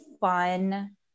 fun